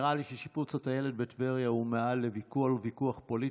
נראה לי ששיפוץ הטיילת בטבריה הוא מעל לכל ויכוח פוליטי,